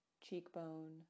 cheekbone